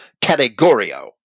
categorio